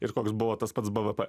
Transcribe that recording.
ir koks buvo tas pats bvp